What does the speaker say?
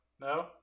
No